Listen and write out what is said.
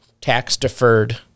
tax-deferred